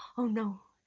oh, no.